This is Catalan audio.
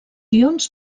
ions